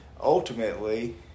ultimately